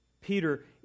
Peter